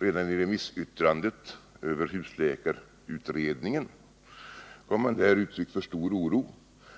Redan i remissyttrandena över husläkarutredningen gav man där uttryck för stor oro